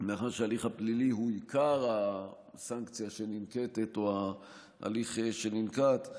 מאחר שההליך הפלילי הוא עיקר הסנקציה שננקטת או ההליך שננקט,